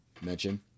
mention